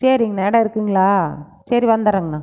சரிங்ணா இடம் இருக்குங்களா சரி வந்துட்றங்ணா